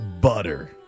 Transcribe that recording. butter